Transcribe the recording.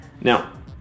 now